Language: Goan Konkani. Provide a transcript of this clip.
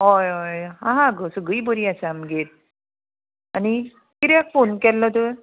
हय हय आहा गो सगळी बरी आसा आमगेर आनी किद्याक फोन केल्लो तर